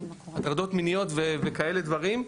הטרדות מיניות וכאלה דברים.